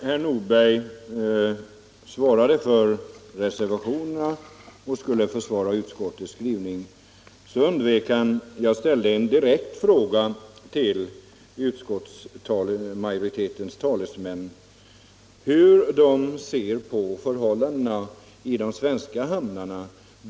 Herr talman! När herr Nordberg skulle försvara utskottets skrivning undvek han den direkta fråga som jag hade ställt till utskottsmajoritetens talesmän om hur de ser på förhållandena i de svenska hamnarna.